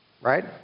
right